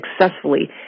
successfully